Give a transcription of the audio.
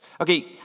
Okay